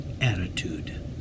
attitude